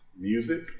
music